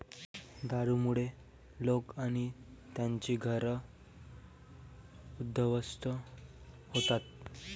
दारूमुळे लोक आणि त्यांची घरं उद्ध्वस्त होतात